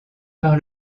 par